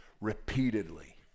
repeatedly